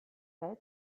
faite